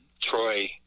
Troy